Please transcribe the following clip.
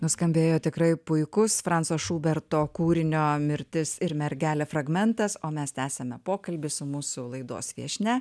nuskambėjo tikrai puikus franco šuberto kūrinio mirtis ir mergelė fragmentas o mes tęsiame pokalbį su mūsų laidos viešnia